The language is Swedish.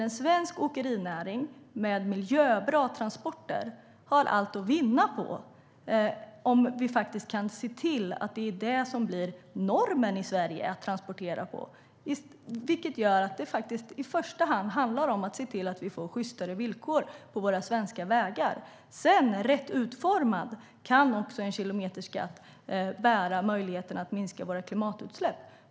En svensk åkerinäring med miljöbra transporter har allt att vinna på att vi kan se till att det är det sättet att transportera på som blir normen i Sverige. Det gör att det i första hand handlar om att se till att vi får sjystare villkor på svenska vägar. Sedan kan en kilometerskatt, rätt utformad, också bära möjligheten att minska våra klimatutsläpp.